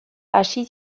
hasi